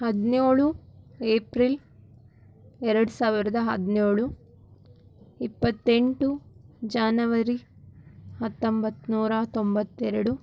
ಹದಿನೇಳು ಏಪ್ರಿಲ್ ಎರಡು ಸಾವಿರ್ದ ಹದಿನೇಳು ಇಪ್ಪತ್ತೆಂಟು ಜಾನವರಿ ಹತ್ತೊಂಬತ್ನೂರ ತೊಂಬತ್ತೆರಡು